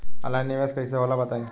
Online निवेस कइसे होला बताईं?